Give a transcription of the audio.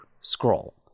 scroll